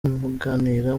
muganira